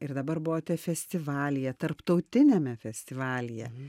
ir dabar buvote festivalyje tarptautiniame festivalyje